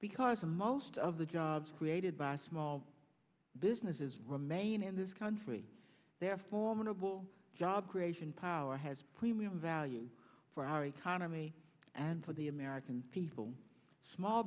because in most of the jobs created by small businesses remain in this country there formidable job creation power has premium value for our economy and for the american people small